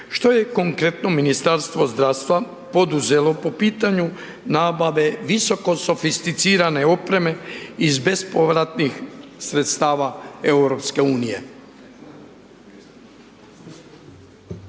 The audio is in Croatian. Što je konkretno Ministarstvo zdravstva poduzelo po pitanju nabave visoko sofisticirane opreme iz bespovratnih sredstava EU?